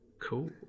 cool